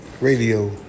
Radio